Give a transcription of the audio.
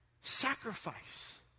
sacrifice